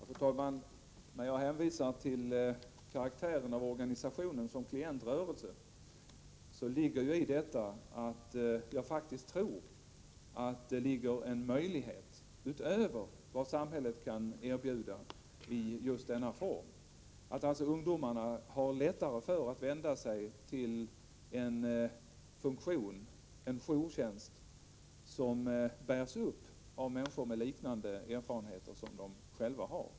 Fru talman! När jag hänvisar till organisationens karaktär av klientrörelse, ligger i detta att jag faktiskt tror att det finns en möjlighet utöver vad samhället kan erbjuda i just denna form och att alltså ungdomarna har lättare att vända sig till en funktion såsom en jourtjänst som bärs upp av människor med liknande erfarenheter som de själva har.